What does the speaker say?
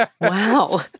Wow